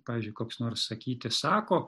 pavyzdžiui koks nors sakyti sako